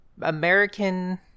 American